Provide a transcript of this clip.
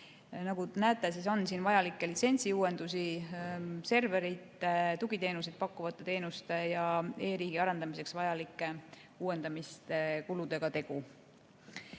Nagu te näete, on siin tegu vajalike litsentsiuuenduste, serverite tugiteenuseid pakkuvate teenuste ja e-riigi arendamiseks vajalike uuendamiste kuludega.